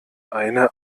eine